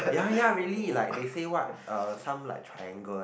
ya ya really like they say what uh some like triangle